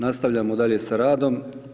Nastavljamo dalje sa radom.